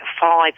five